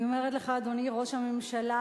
אני אומרת לך, אדוני ראש הממשלה: